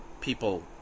people